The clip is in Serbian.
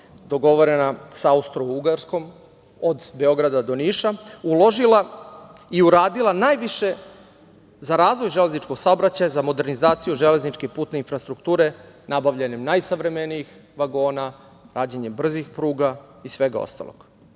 dogovorena sa Austrougarskom od Beograda do Niša, uložila je i uradila najviše za razvoj železničkog saobraćaja, za modernizaciju železničke i putne infrastrukture, nabavljanjem najsavremenijih vagona, građenjem brzih pruga i svega ostalog.